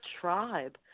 tribe